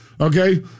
Okay